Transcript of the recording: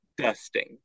Dusting